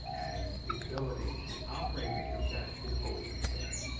and the ability to operate at your best is always impaired.